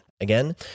Again